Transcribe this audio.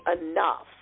enough